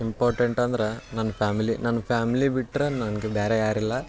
important ಅಂದ್ರೆ ನನ್ನ family ನನ್ನ ಫ್ಯಾಮಿಲಿ ಬಿಟ್ರೆ ನಂಗೆ ಬೇರೆ ಯಾರಿಲ್ಲ